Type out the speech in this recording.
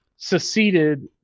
Seceded